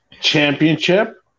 Championship